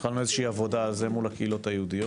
התחלנו עבודה על זה מול הקהילות היהודיות.